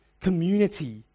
community